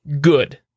good